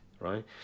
Right